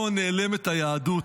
פה נעלמת היהדות